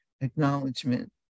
acknowledgement